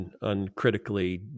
uncritically